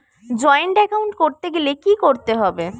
Joint account করতে গেলে কি করতে হবে?